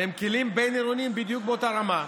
והם כלים בין-עירוניים בדיוק באותה רמה.